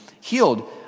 healed